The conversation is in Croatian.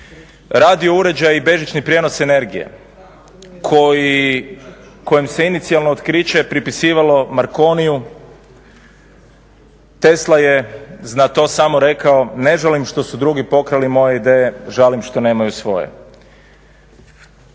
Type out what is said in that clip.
Radio uređaji i bežični prijenos energije kojem se inicijalno otkriće pripisivalo Markoniju Tesla je na to samo rekao ne žalim što su drugi pokrali moje ideje, žalim što nemaju svoje.